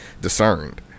discerned